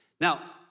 Now